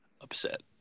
upset